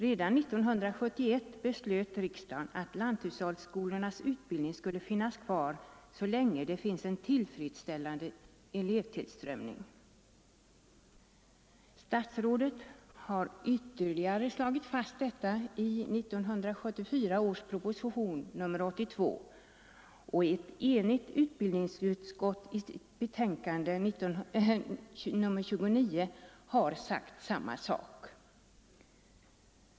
Redan år 1971 beslöt riksdagen att lanthushållsskolornas utbildning skulle finnas kvar så länge det finns en tillfredsställande elevtillströmning. Statsrådet har ytterligare slagit fast detta i propositionen 82 år 1974, och ett enigt utbildningsutskott har i sitt betänkande nr 29 sagt samma sak.